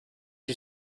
you